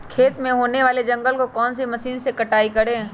खेत में होने वाले जंगल को कौन से मशीन से कटाई करें?